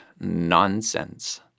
nonsense